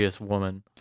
woman